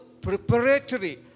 preparatory